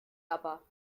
aber